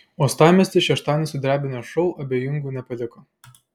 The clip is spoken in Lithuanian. uostamiestį šeštadienį sudrebinęs šou abejingų nepaliko